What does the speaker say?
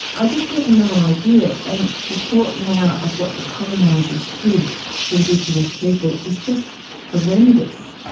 i just had no idea. and the thought now of what the colonisers did to indigenous people is just horrendous.